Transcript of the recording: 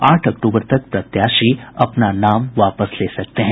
आठ अक्टूबर तक प्रत्याशी अपना नाम वापस ले सकते हैं